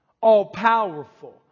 All-powerful